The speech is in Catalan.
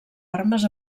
armes